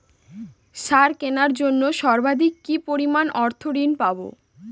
সার কেনার জন্য সর্বাধিক কি পরিমাণ অর্থ ঋণ পাব?